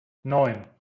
neun